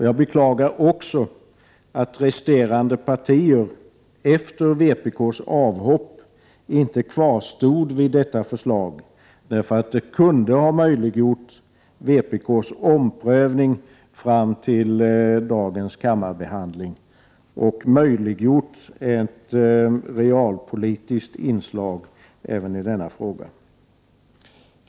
Jag beklagar också att resterande partier efter vpk:s avhopp inte kvarstod vid detta förslag, därför att det kunde ha möjliggjort vpk:s omprövning fram till dagens kammarbehandling och möjliggjort ett realpolitiskt inslag även i denna fråga.